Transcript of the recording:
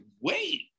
wait